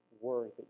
worthy